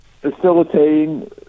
facilitating